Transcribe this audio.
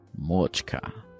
Mochka